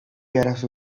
eraso